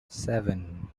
seven